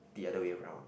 the other way around